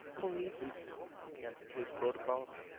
police police campus, police protocols.